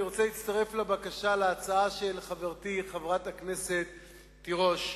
אני רוצה להצטרף לבקשה של חברתי חברת הכנסת תירוש.